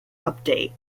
update